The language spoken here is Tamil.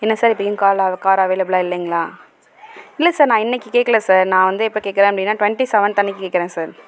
என்ன சார் இப்போயும் கால் அ கார் அவைலபுலா இல்லைங்களா இல்லை சார் நான் இன்னைக்கு கேட்கல சார் நான் வந்து எப்போ கேட்குறேன் அப்படினா டுவென்ட்டி செவன்த் அன்னைக்கு கேட்குறேன் சார்